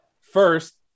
first